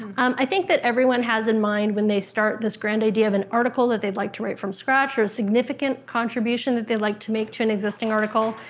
i think that everyone has in mind, when they start this grand idea of an article that they'd like to write from scratch or a significant contribution that they'd like to make to an existing article,